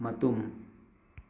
ꯃꯇꯨꯝ